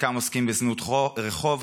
חלקם עוסקים בזנות רחוב,